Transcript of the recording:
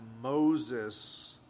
Moses